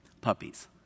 puppies